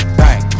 bang